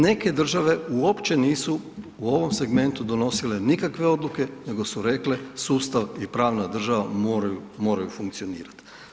Neke države uopće nisu u ovom segmentu donosile nikakve odluke nego su rekle sustav i pravna država moraju, moraju funkcionirat.